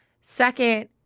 Second